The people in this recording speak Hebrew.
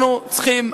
אנחנו צריכים,